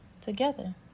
together